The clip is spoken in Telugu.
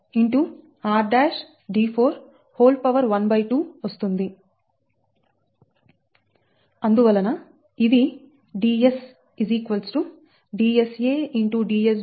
అందువలన ఇది Ds Dsa